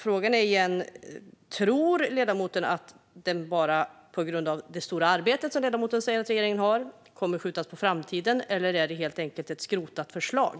Frågan är återigen: Tror ledamoten att den bara kommer att skjutas på framtiden på grund av det stora arbete som ledamoten säger att regeringen har, eller är det helt enkelt ett skrotat förslag?